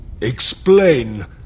Explain